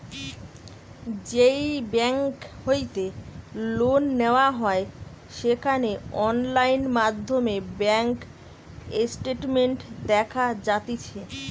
যেই বেংক হইতে লোন নেওয়া হয় সেখানে অনলাইন মাধ্যমে ব্যাঙ্ক স্টেটমেন্ট দেখা যাতিছে